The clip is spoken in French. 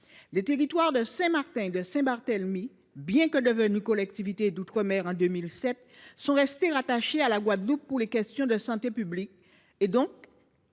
Les territoires de Saint Martin et de Saint Barthélemy, bien qu’ils soient devenus des collectivités d’outre mer en 2007, sont restés rattachés à la Guadeloupe pour les questions de santé publique et donc à